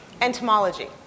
entomology